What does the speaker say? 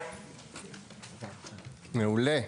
מעולה.